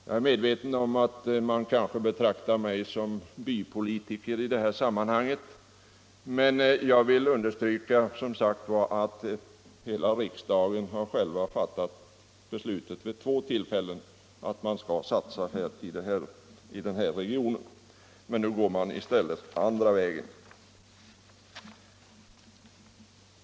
Jag är medveten om att man kanske betraktar mig som en bypolitiker i detta sammanhang, men jag vill som sagt understryka, att hela riksdagen vid två tillfällen beslutat att man skulle satsa på den aktuella regionen men att man nu i stället går den motsatta vägen.